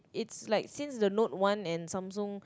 it's like since the note one and Samsung